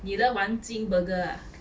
你的环金 burger ah